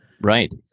Right